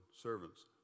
servants